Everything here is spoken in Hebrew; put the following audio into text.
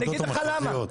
אני אגיד לך למה,